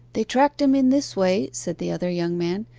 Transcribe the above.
they tracked him in this way said the other young man.